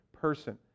person